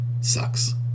sucks